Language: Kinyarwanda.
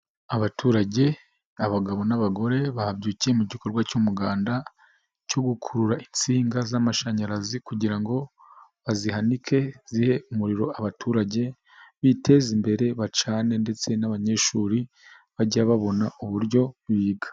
Abaturage, abagabo n'abagore babyukiye mu gikorwa cy'umuganda, cyo gukurura insinga z'amashanyarazi kugira ngo bazihanike zihe umuriro abaturage, biteze imbere, bacane ndetse n'abanyeshuri bage babona uburyo biga.